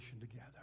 together